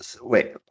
Wait